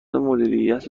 مدیریت